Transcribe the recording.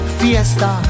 fiesta